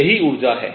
यही ऊर्जा है